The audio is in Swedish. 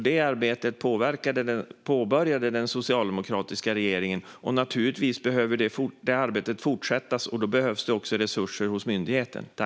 Det arbetet påbörjade den socialdemokratiska regeringen, och naturligtvis behöver det arbetet fortsättas. Det behövs också resurser hos myndigheterna.